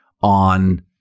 on